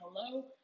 hello